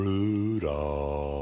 Rudolph